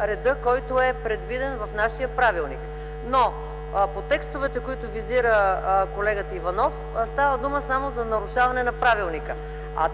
реда, който е предвиден в нашия правилник. По текстовете, които визира колегата Иванов, става дума само за нарушаване на правилника.